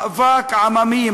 מאבק עממי,